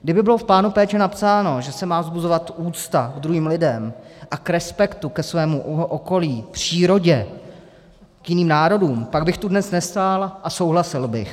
Kdyby bylo v plánu péče napsáno, že se má vzbuzovat úcta k druhým lidem a k respektu ke svému okolí, přírodě, k jiným národům, pak bych tu dnes nestál a souhlasil bych.